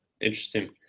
Interesting